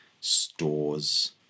stores